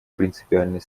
принципиальной